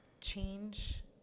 change